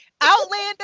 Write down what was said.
Outlander